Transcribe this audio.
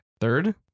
third